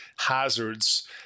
hazards